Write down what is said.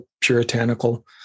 puritanical